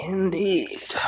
Indeed